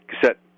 cassette